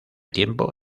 tiempo